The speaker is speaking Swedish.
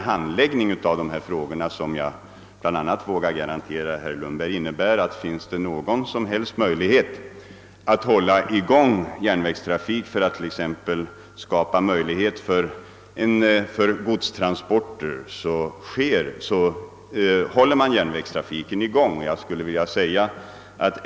Handläggningen av dessa frågor är nu sådan, att jag vågar garantera herr Lundberg att om det finns någon som helst möjlighet att hålla i gång järnvägstrafik för godstransporter så görs detta.